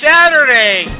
Saturday